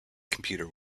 computer